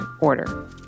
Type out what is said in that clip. order